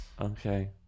Okay